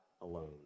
alone